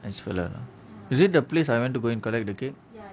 nice fella is it the place I went to go and collect the cake